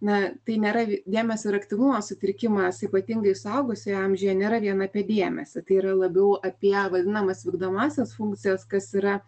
na tai nėra dėmesio ir aktyvumo sutrikimas ypatingai suaugusiojo amžiuje nėra vien apie dėmesį tai yra labiau apie vadinamas vykdomąsias funkcijas kas yra